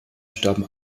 starben